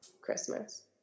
Christmas